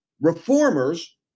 reformers